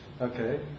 Okay